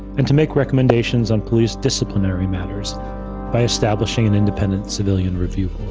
and to make recommendations on police disciplinary matters by establishing an independent civilian review